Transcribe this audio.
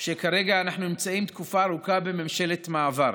שכרגע אנחנו נמצאים תקופה ארוכה בממשלת מעבר,